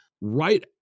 right